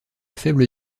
faible